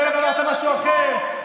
בערב אמרת משהו אחר,